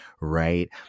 Right